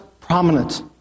prominent